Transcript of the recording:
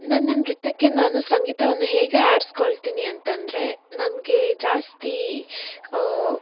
ನನ್ನ ನೃತ್ಯಕ್ಕೆ ನಾನು ಸಂಗೀತವನ್ನು ಹೇಗೆ ಆರಿಸ್ಕೊಳ್ತೀನಿ ಅಂತಂದರೆ ನನಗೆ ಜಾಸ್ತಿ